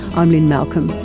i'm lynne malcolm,